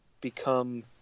become